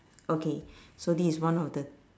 okay so this is one of the